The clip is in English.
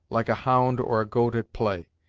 like a hound or a goat at play.